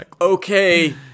okay